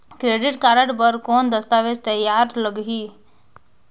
Credit card बर कौन दस्तावेज तैयार लगही?